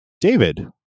David